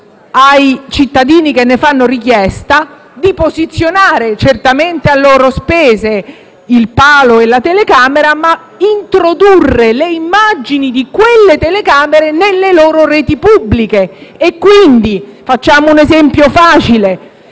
ai cittadini che ne fanno richiesta di posizionare, certamente a loro spese, il palo e la telecamera, ma di introdurre le immagini di quelle telecamere nelle loro reti pubbliche. Quindi - facciamo un esempio facile